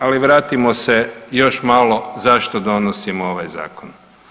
Ali vratimo se još malo zašto donosimo ovaj Zakon.